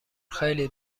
خیلی